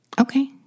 Okay